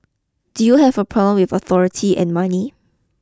do you have a problem with authority and money